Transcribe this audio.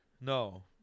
No